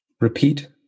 Repeat